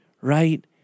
right